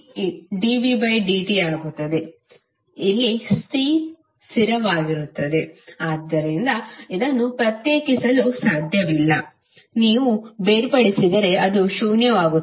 C ಸ್ಥಿರವಾಗಿರುತ್ತದೆconstant ಆದ್ದರಿಂದ ಇದನ್ನು ಪ್ರತ್ಯೇಕಿಸಲು ಸಾಧ್ಯವಿಲ್ಲ ನೀವು ಬೇರ್ಪಡಿಸಿದರೆ ಅದು ಶೂನ್ಯವಾಗುತ್ತದೆ